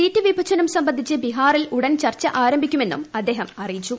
seat വിഭജന്മൂസംബന്ധിച്ച് ബീഹാറിൽ ഉടൻ ചർച്ച ആരംഭിക്കുമെന്നും അദ്ദേഹം അറിയിച്ചു